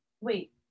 wait